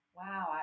wow